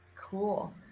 Cool